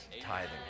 tithing